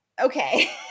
okay